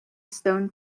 stone